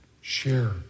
Share